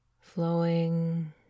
flowing